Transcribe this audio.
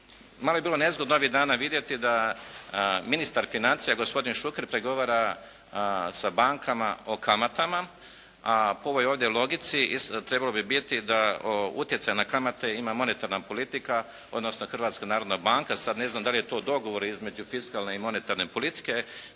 Malo je bilo nezgodno ovih dana vidjeti da ministar financija gospodin Šuker pregovara sa bankama o kamatama, a po ovoj ovdje logici trebalo bi biti da utjecaj na kamate ima monetarna politika, odnosno Hrvatska narodna banka. Sad ne znam da li je to dogovor između fiskalne i monetarne politike,